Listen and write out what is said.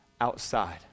outside